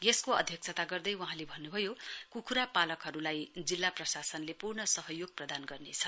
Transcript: यसको अध्यक्षता गर्दै वहाँले भन्नुभयो कुखुरा पालकहरुलाई जिल्ला प्रशासनले पूर्ण सहयोग प्रदान गर्नेछ